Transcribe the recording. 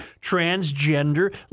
transgender